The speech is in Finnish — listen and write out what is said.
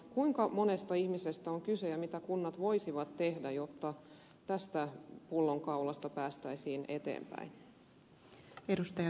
kuinka monesta ihmisestä on kyse ja mitä kunnat voisivat tehdä jotta tästä pullonkaulasta päästäisiin eteenpäin